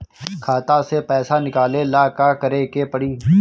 खाता से पैसा निकाले ला का करे के पड़ी?